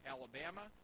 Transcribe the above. Alabama